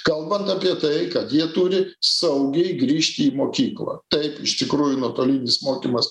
kalbant apie tai kad jie turi saugiai grįžti į mokyklą taip iš tikrųjų nuotolinis mokymas